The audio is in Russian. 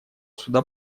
сюда